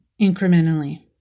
incrementally